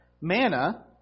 manna